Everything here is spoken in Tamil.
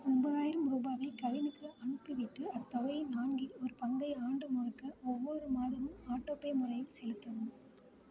ஒன்பதாயிரம் ரூபாவை கவினிக்கு அனுப்பிவிட்டு அத்தொகையின் நான்கில் ஒரு பங்கை ஆண்டு முழுக்க ஒவ்வொரு மாதமும் ஆட்டோபே முறையில் செலுத்தவும்